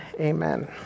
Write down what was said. amen